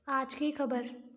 आज की खबर